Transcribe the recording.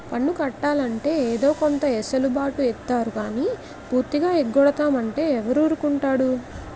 పన్ను కట్టాలంటే ఏదో కొంత ఎసులు బాటు ఇత్తారు గానీ పూర్తిగా ఎగ్గొడతాం అంటే ఎవడూరుకుంటాడు